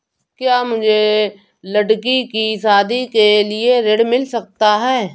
क्या मुझे लडकी की शादी के लिए ऋण मिल सकता है?